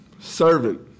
servant